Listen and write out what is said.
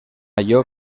allò